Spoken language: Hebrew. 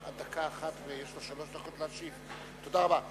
תודה רבה.